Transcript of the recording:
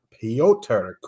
Piotr